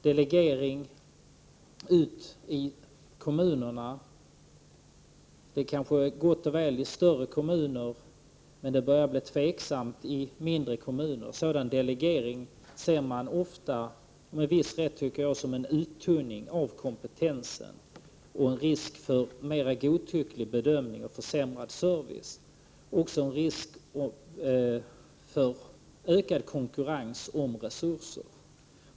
Delegering till kommunerna är kanske bra i större kommuner, men det börjar bli tveksamt i mindre kommuner. I samband med sådan delegering ser man ofta, som jag tycker med viss rätt, risker för en uttunning av kompetensen, för en mer godtycklig bedömning, för försämrad service och för ökad konkurrens om resurser.